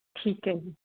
ਠੀਕ ਹੈ ਜੀ